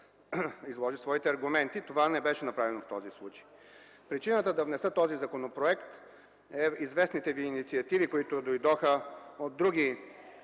изложи своите аргументи. Това не беше направено в този случай. Причината да внеса този законопроект са известните ви инициативи, които дойдоха от други